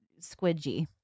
squidgy